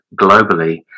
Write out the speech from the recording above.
globally